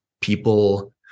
people